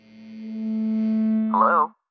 Hello